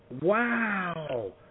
wow